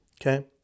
Okay